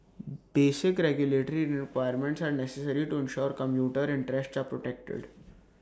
basic regulatory requirements are necessary to ensure commuter interests are protected